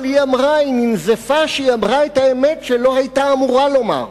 אבל היא ננזפה כשהיא אמרה את האמת שהיא לא היתה אמורה לומר.